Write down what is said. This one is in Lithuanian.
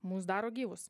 mus daro gyvus